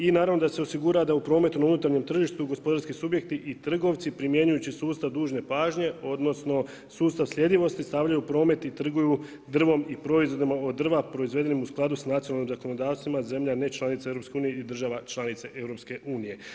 I naravno da se osigura da u prometu na unutarnjem tržištu, gospodarski subjekti i trgovci primjenjujući sustav dužne pažnje, odnosno, sustav sljedivosti, stavljaju u promet i trguju drvom i proizvodima od drva proizvedenim u skladu sa nacionalnim zakonodavstvima, zemlja ne članica EU i država članica EU.